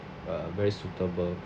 uh very suitable